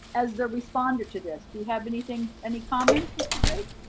as the responder to this. do you have anything, any comments mr. drake?